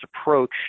approach